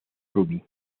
ruby